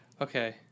Okay